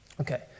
Okay